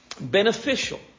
beneficial